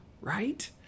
right